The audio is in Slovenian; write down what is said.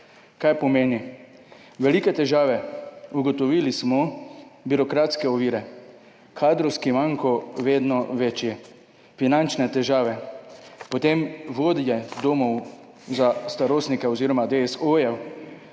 kaj pomeni? Velike težave. Ugotovili smo birokratske ovire, kadrovski manko vedno večji, finančne težave, potem, vodje domov za starostnike oziroma DSO-jev,